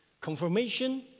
Confirmation